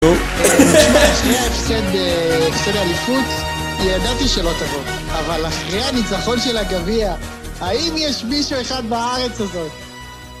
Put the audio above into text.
(צחוק), לפני ההפסד אה.. של האליפות ידעתי שלא תבוא, אבל אחרי הניצחון של הגביע האם יש מישהו אחד בארץ הזאת